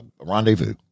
rendezvous